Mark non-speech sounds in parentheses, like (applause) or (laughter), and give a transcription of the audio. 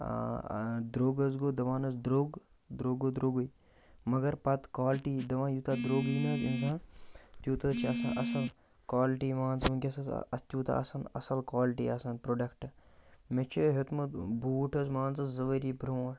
درٛوٚگ حظ گوٚو دَپان حظ درٛوٚگ درٛوٚگ گوٚو درٛوٚگے مَگَر پَتہٕ کوالٹی دپان یوٗتہ درٛوٚگ (unintelligible) تیٛوٗتہ چھُ آسان اصٕل کوالٹی مان ژٕ وُنٛکیٚس (unintelligible) تیٛوٗتہ اصٕل اصٕل کوالٹی آسان پرٛوڈَکٹہٕ مےٚ چھُ ہیٚوتمُت بوٗٹھ حظ مان ژٕ زٕ ؤری برٛونٛٹھ